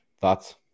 Thoughts